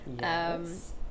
Yes